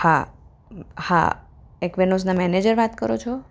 હા એક્વિનોસના મેનેજર વાત કરો છો